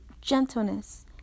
gentleness